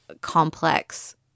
complex